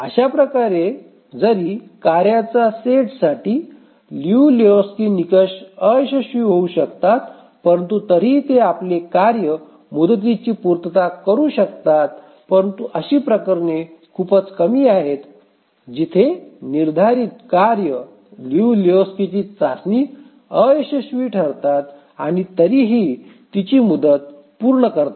अशा प्रकारे जरी कार्यांच्या सेट साठी लियू लेहोक्स्की निकष अयशस्वी होऊ शकतात परंतु तरीही ते आपल्या कार्य मुदतीची पूर्तता करू शकतात परंतु अशी प्रकरणे खूपच कमी आहेत जिथे निर्धारित कार्ये लिऊ लेहोक्स्कीची चाचणी अयशस्वी ठरतात आणि तरीही तिची मुदत पूर्ण करतात